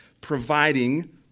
providing